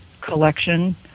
collection